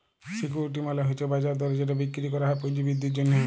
security মালে হছে বাজার দরে যেট বিক্কিরি ক্যরা যায় পুঁজি বিদ্ধির জ্যনহে